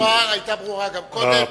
שאלתך ברורה, היתה ברורה גם קודם.